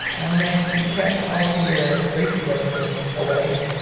i'm like, you can't policy your racism away.